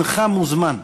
הנך מוזמן.